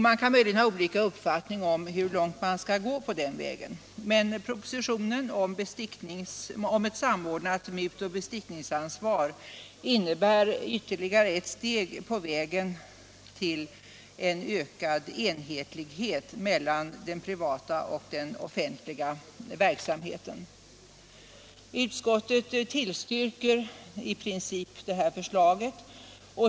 Vi kan möjligen ha olika uppfattningar om hur långt man bör gå på den vägen, men propositionen om samordnat mutoch bestickningsansvar innebär ytterligare ett steg på vägen till en ökad enhetlighet mellan den privata och den offentliga verksamheten. Utskottet tillstyrker i princip förslaget.